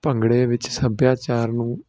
ਭੰਗੜੇ ਵਿੱਚ ਸੱਭਿਆਚਾਰ ਨੂੰ